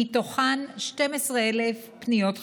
ומתוכן 12,000 פניות חדשות.